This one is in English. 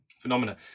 phenomena